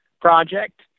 project